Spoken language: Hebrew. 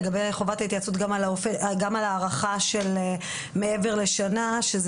לגבי חובת ההתייעצות גם על הארכה של מעבר לשנה שזה